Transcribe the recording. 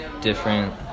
different